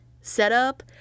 setup